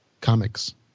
Comics